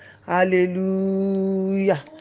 hallelujah